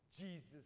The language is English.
Jesus